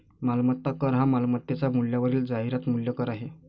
मालमत्ता कर हा मालमत्तेच्या मूल्यावरील जाहिरात मूल्य कर आहे